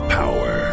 power